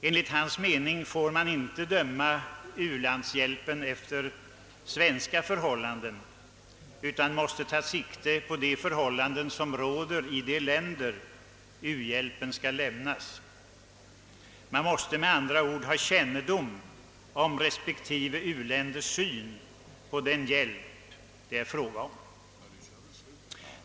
Enligt hans mening får man inte döma u-landshjälpen efter svenska förhållanden, utan man måste ta hänsyn till de förhållanden som råder i de länder som mottar hjälpen. Man måste med andra ord ha kännedom om respektive u-länders syn på den hjälp det är fråga om.